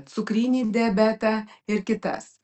cukrinį diabetą ir kitas